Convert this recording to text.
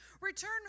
return